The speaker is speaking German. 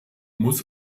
muss